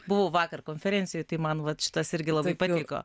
buvau vakar konferencijoj tai man vat šitas irgi labai patiko